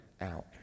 out